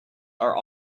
are